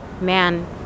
man